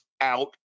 out